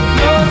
no